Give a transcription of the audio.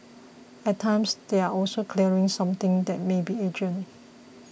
at times they are also clearing something that may be urgent